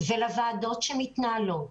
ולוועדות שמתנהלות